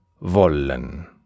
wollen